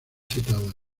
citadas